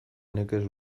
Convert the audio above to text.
nekez